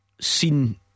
seen